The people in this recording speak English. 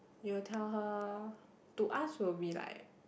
we will tell her to us will be like